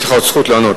יש לך עוד זכות לענות.